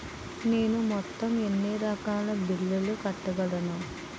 నేను మొత్తం ఎన్ని రకాల బిల్లులు కట్టగలను?